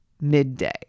Midday